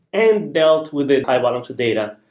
and dealt with high volumes of data,